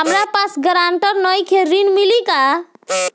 हमरा पास ग्रांटर नईखे ऋण मिली का?